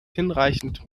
hinreichend